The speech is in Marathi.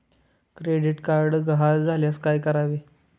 क्रेडिट कार्ड गहाळ झाल्यास काय करावे?